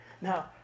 Now